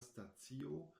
stacio